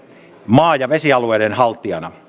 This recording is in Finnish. maa ja vesialueiden haltijana